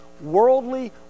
Worldly